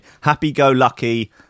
happy-go-lucky